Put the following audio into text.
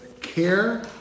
care